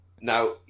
Now